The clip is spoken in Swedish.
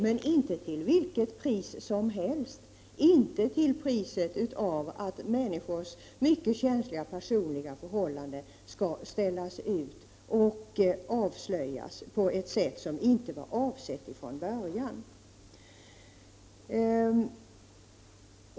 Men inte till vilket pris som helst. Inte till priset av att människors mycket känsliga personliga förhållanden ställs ut och avslöjas på ett sätt som inte var avsett från början.